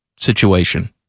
situation